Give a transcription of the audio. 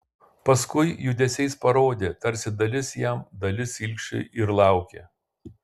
paskui judesiais parodė tarsi dalis jam dalis ilgšiui ir laukė